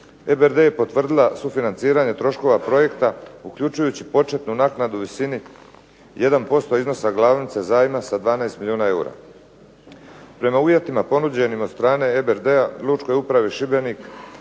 EBRD je potvrdila sufinanciranje troškova projekta uključujući početnu naknadu u visini 1% iznosa glavnice zajma sa 12 milijuna eura. Prema uvjetima ponuđenim od strane EBRD-a Lučkoj upravi Šibenik